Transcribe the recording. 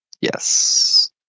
Yes